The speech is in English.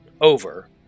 over